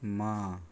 माँ